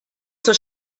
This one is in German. zur